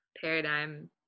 paradigm